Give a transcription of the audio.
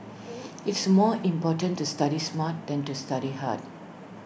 it's more important to study smart than to study hard